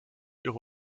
ihre